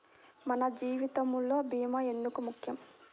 మన జీవితములో భీమా ఎందుకు ముఖ్యం?